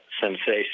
sensation